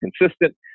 consistent